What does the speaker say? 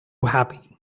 happy